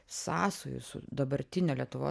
sąsajų su dabartine lietuvos